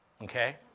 Okay